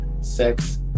sex